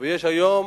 יש היום